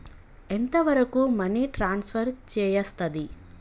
ఎంత వరకు money transfer చేయస్తది?